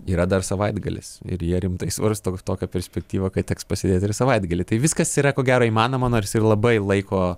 yra dar savaitgalis ir jie rimtai svarsto tokią perspektyvą kad teks pasėdėti ir savaitgalį tai viskas yra ko gero įmanoma nors ir labai laiko